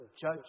judge